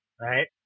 right